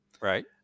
Right